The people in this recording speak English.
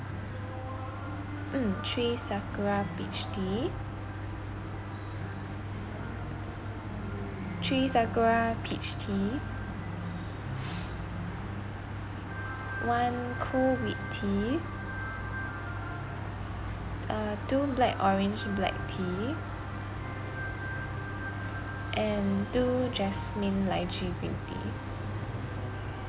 mm three sakura peach tea three sakura peach tea one cool wheat tea uh two black orange black tea and two jasmine lychee green tea